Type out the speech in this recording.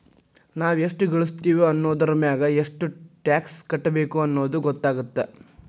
ನಾವ್ ಎಷ್ಟ ಗಳಸ್ತೇವಿ ಅನ್ನೋದರಮ್ಯಾಗ ಎಷ್ಟ್ ಟ್ಯಾಕ್ಸ್ ಕಟ್ಟಬೇಕ್ ಅನ್ನೊದ್ ಗೊತ್ತಾಗತ್ತ